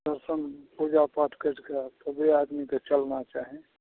सत्सङ्ग पूजापाठ करिकऽ तभी आदमीके चलना चाही